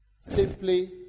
simply